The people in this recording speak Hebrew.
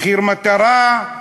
מחיר מטרה,